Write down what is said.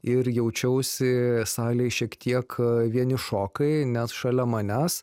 ir jaučiausi salėj šiek tiek vienišokai nes šalia manęs